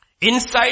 Inside